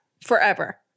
forever